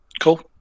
cool